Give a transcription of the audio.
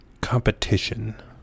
competition